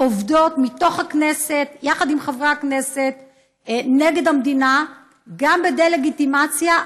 עובדות מתוך הכנסת יחד עם חברי הכנסת נגד המדינה גם בדה-לגיטימציה.